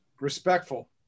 respectful